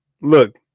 Look